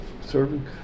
serving